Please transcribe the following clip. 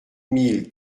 mille